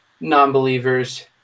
non-believers